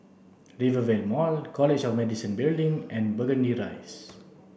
Rivervale Mall College of Medicine Building and Burgundy Rise